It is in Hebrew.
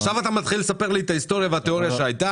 לא הייתה --- עכשיו אתה מתחיל לספר לי את ההיסטוריה והתיאוריה שהייתה?